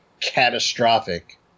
catastrophic